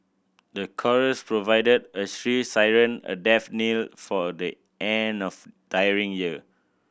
the chorus provided a shrill siren a death knell for a day end of a tiring year